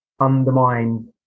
undermine